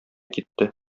китте